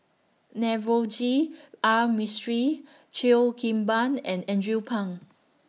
Navroji R Mistri Cheo Kim Ban and Andrew Phang